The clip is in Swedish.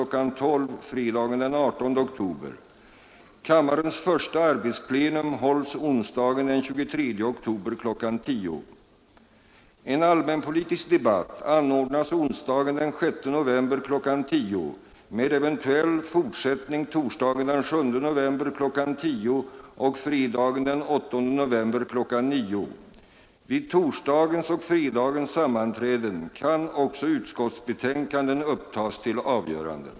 12.00 fredagen den 18 oktober. Kammarens första arbetsplenum hålls onsdagen den 23 oktober kl. 10.00. En allmänpolitisk debatt anordnas onsdagen den 6 november kl. 10.00 med eventuell fortsättning torsdagen den 7 november kl. 10.00 och fredagen den 8 november kl. 9.00. Vid torsdagens och fredagens sammanträden kan också utskottsbetänkanden upptas till avgörande.